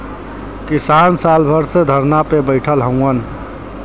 किसान साल भर से धरना पे बैठल हउवन